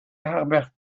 harbert